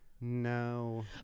No